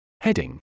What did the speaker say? Heading